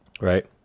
right